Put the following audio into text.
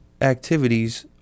activities